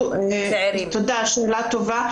תודה, שאלה טובה.